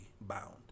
bound